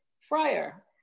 Friar